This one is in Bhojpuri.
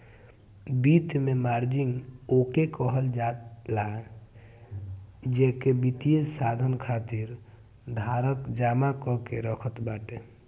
वित्त में मार्जिन ओके कहल जाला जेके वित्तीय साधन खातिर धारक जमा कअ के रखत बाटे